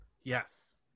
Yes